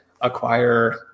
acquire